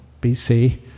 BC